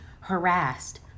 harassed